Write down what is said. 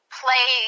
play